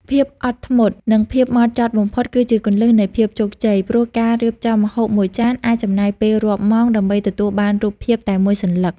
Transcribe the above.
ភាពអត់ធ្មត់ និងភាពហ្មត់ចត់បំផុតគឺជាគន្លឹះនៃភាពជោគជ័យ ព្រោះការរៀបចំម្ហូបមួយចានអាចចំណាយពេលរាប់ម៉ោងដើម្បីទទួលបានរូបភាពតែមួយសន្លឹក។